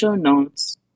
notes